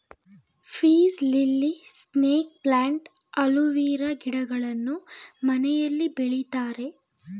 piece lily, snake plant, aloe vera ಗಿಡಗಳನ್ನು ಮನೆಯಲ್ಲಿ ಬೆಳಿತಾರೆ